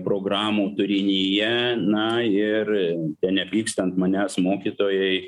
programų turinyje na ir tenepyksta ant manęs mokytojai